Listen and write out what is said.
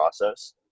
process